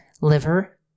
liver